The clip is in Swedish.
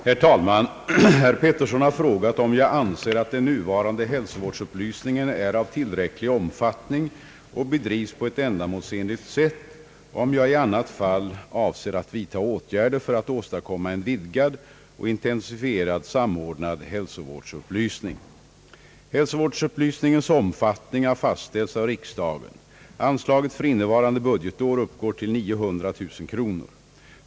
Herr talman! Herr Pettersson har frågat om jag anser att den nuvarande hälsovårdsupplysningen är av tillräcklig omfattning och bedrivs på ett ändamålsenligt sätt och om jag i annat fall avser att vidta åtgärder för att åstadkomma en vidgad och intensifierad samordnad hälsovårdsupplysning. har fastställts av riksdagen. Anslaget för innevarande budgetår uppgår = till 900 000 kronor.